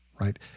right